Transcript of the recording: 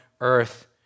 earth